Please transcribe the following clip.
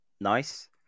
Nice